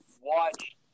watch